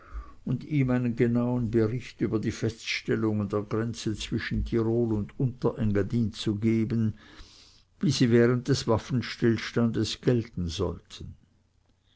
und ihm einen genauen bericht über die feststellungen der grenze zwischen tirol und unterengadin zu geben wie sie während des waffenstillstandes gelten sollten